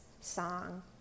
song